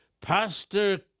Pastor